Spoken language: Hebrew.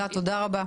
תודה רבה.